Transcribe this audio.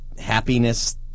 happiness